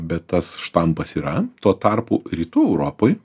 bet tas štampas yra tuo tarpu rytų europoj